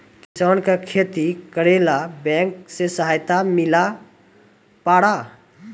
किसान का खेती करेला बैंक से सहायता मिला पारा?